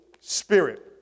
Spirit